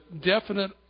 definite